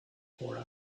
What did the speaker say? for